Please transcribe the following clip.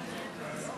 אותה אישית.